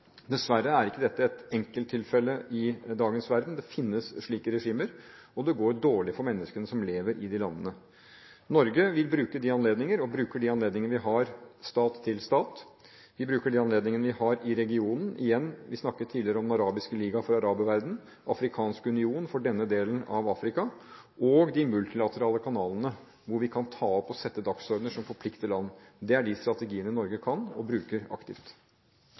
Dessverre er ikke dette et enkelttilfelle i dagens verden. Det finnes slike regimer, og det går dårlig for menneskene som lever i de landene. Norge vil bruke – og bruker – de anledninger vi har, stat til stat. Vi bruker de anledningene vi har i regionen. Igjen: Vi snakket tidligere om Den arabiske liga fra araberverdenen, Den afrikanske union når det gjelder denne delen av Afrika, og de multilaterale kanalene, der vi kan ta opp og sette dagsordenen og forplikte land. Det er de strategiene Norge kan bruke, og bruker aktivt.